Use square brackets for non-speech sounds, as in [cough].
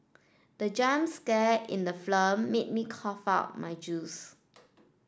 the jump scare in the [unintelligible] made me cough out my juice